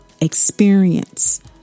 experience